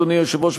אדוני היושב-ראש,